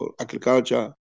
Agriculture